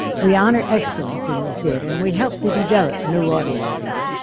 we honor excellence in the theatre, and we help to develop new audiences,